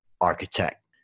architect